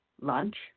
lunch